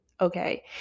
Okay